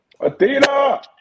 Athena